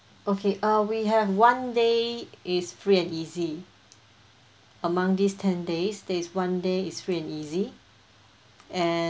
okay uh we have one day is free and easy among these ten days there's one day is free and easy and